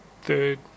third